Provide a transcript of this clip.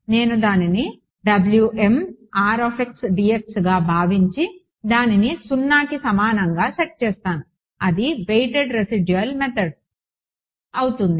నేను దానిని గా భావించి దానిని 0కి సమానంగా సెట్ చేస్తాను అది వెయిటెడ్ రెసిడ్యూల్ మెథడ్ అవుతుంది